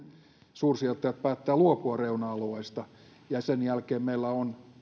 suursijoittajat päättävät luopua reuna alueista ja sen jälkeen meillä on